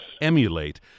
emulate